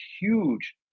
huge